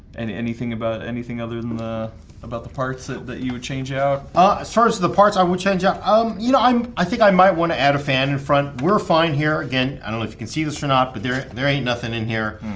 and anything about anything other than the about the parts that that you would change out ah as far as the parts i would change ah um you know i'm i think i might want to add a fan in front. we're fine here again i don't know if you can see this or not, not, but there there ain't nothing in here,